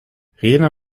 rena